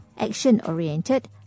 action-oriented